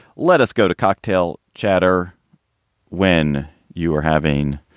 let us go to cocktail chatter when you are having